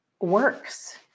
works